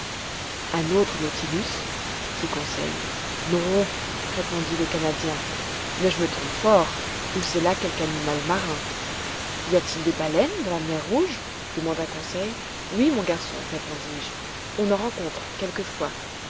un autre nautilus dit conseil non répondit le canadien mais je me trompe fort ou c'est là quelque animal marin y a-t-il des baleines dans la mer rouge demanda conseil oui mon garçon répondis-je on en rencontre quelquefois